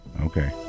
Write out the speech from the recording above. Okay